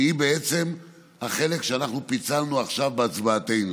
שהיא בעצם החלק שאנחנו פיצלנו עכשיו בהצבעתנו.